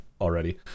already